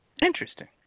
Interesting